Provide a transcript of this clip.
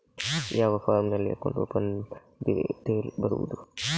ಯಾವ ಫಾರ್ಮಿನಲ್ಲಿ account open detail ಬರೆಯುವುದು?